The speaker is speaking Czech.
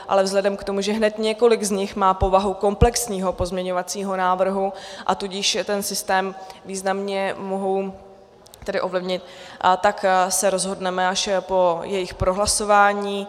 Ale vzhledem k tomu, že hned několik z nich má povahu komplexního pozměňovacího návrhu, a tudíž ten systém významně mohou tedy ovlivnit, tak se rozhodneme až po jejich prohlasování.